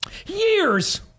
years